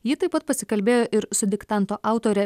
ji taip pat pasikalbėjo ir su diktanto autore